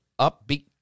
upbeat